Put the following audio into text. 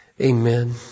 Amen